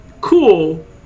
Cool